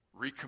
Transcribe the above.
recommit